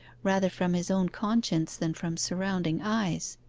rather from his own conscience than from surrounding eyes.